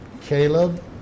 Caleb